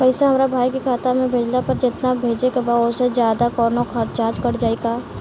पैसा हमरा भाई के खाता मे भेजला पर जेतना भेजे के बा औसे जादे कौनोचार्ज कट जाई का?